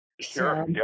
Sure